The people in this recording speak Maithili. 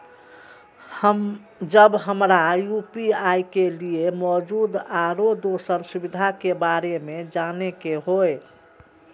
जब हमरा यू.पी.आई के लिये मौजूद आरो दोसर सुविधा के बारे में जाने के होय?